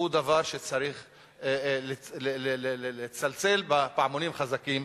הוא דבר שצריך לצלצל בפעמונים חזקים,